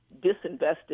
disinvested